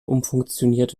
umfunktioniert